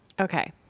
okay